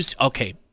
Okay